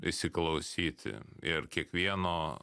įsiklausyti ir kiekvieno